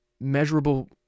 measurable